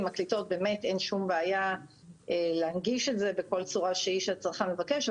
ואז אין שום בעיה להנגיש את זה בכל צורה שהצרכן מבקש.